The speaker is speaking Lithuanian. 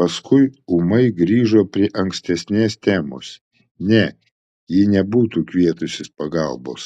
paskui ūmai grįžo prie ankstesnės temos ne ji nebūtų kvietusis pagalbos